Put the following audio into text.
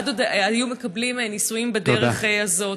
אז עוד היו מקבלים נישואים בדרך הזאת.